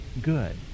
good